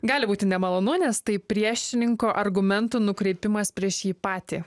gali būti nemalonu nes tai priešininko argumentų nukreipimas prieš jį patį